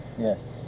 Yes